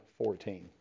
14